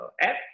app